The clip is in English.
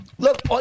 Look